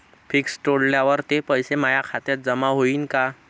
Fix तोडल्यावर ते पैसे माया खात्यात जमा होईनं का?